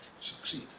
succeed